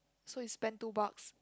so you spend two bucks